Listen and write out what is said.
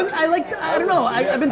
i like i don't know, i've been